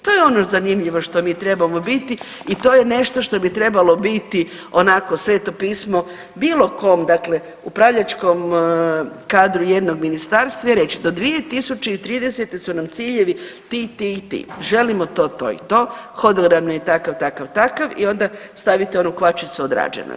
To je ono zanimljivo što mi trebamo biti i to je nešto što bi trebalo biti onako sveto pismo bilo kom, dakle upravljačkom kadru jednog ministarstva i reć, do 2030. su nam ciljevi ti, ti i ti, želimo to, to i to, hodogram je takav, takav, takav i onda stavite onu kvačicu odrađeno je.